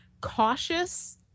cautious